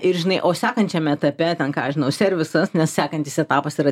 ir žinai o sekančiam etape ten ką žinau servisas nes sekantis etapas yra